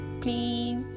Please